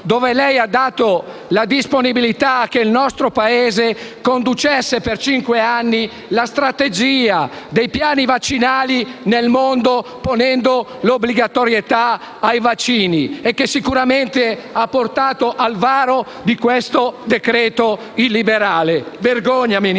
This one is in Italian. sede, ha dato la disponibilità del nostro Paese a condurre per cinque anni la strategia dei piani vaccinali nel mondo, ponendo l'obbligatorietà dei vaccini, che sicuramente ha portato al varo di questo decreto-legge illiberale. Vergogna, Ministro!